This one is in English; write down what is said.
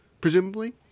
presumably